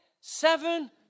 Seven